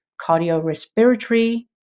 cardiorespiratory